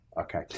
Okay